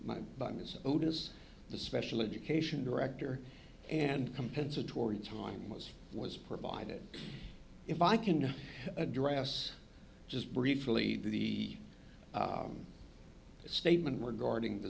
as the special education director and compensatory time was was provided if i can address just briefly the statement regarding the